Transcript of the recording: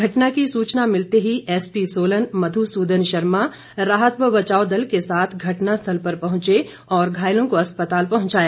घटना की सुचना मिलते ही एसपीसोलन मध् सुदन शर्मा राहत व बचाव दल के साथ घटना स्थल पर पहुंचे और घायलों को अस्पताल पहुंचाया